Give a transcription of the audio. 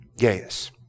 Gaius